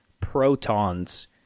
protons